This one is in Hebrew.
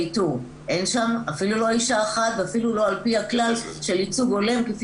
אין שם אפילו לא אישה אחת ואפילו לא על פי הכלל של ייצוג הולם כפי